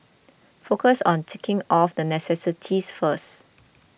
focus on ticking off the necessities first